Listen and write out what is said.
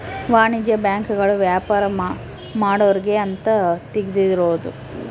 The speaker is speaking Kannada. ವಾಣಿಜ್ಯ ಬ್ಯಾಂಕ್ ಗಳು ವ್ಯಾಪಾರ ಮಾಡೊರ್ಗೆ ಅಂತ ತೆಗ್ದಿರೋದು